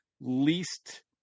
least